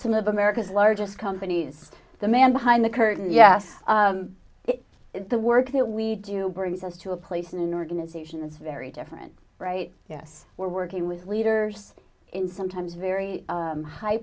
some of america's largest companies the man behind the curtain yes the work that we do brings us to a place in an organization that's very different right yes we're working with leaders in sometimes very high